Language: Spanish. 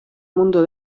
mundo